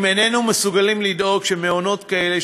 אם איננו מסוגלים לדאוג שמעונות כאלה,